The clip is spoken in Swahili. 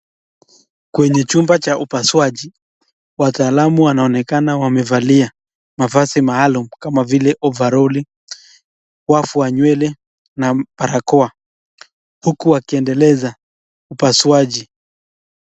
Kwenye chumba cha upasuaji, wataalamu wanaonekana wamevalia mavazi maalum kama vile ovaroli , wavu wa nywele na barakoa uku wakiedeleza upasuaji.